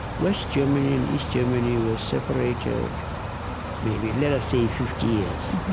west germany and east germany were separated maybe, let us say, fifty years.